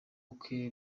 bukwe